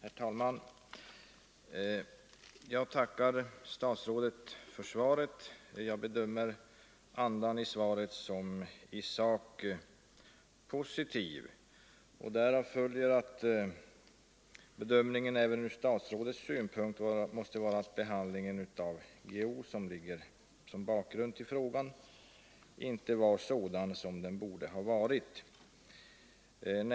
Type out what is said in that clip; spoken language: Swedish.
Herr talman! Jag tackar statsrådet för svaret och uppfattar andan i det som i sak positiv. Därav följer att bedömningen även ur statsrådets synpunkt måste vara att behandlingen av Jan Guillou — som är bakgrunden till min fråga — inte var sådan som den borde ha varit.